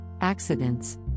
Accidents